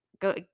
go